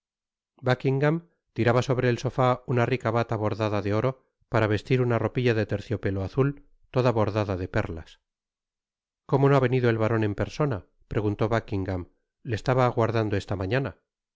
tiraba sobre un sofá una rica bata bordada de oro para vestir una ropilla de terciopelo azul toda bordada de perlas cómo no ha venido et baron en persona preguntó buckingam le estaba aguardando esta mañana